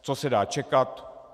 Co se dá čekat?